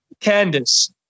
Candice